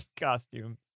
costumes